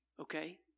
okay